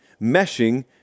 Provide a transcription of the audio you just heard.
meshing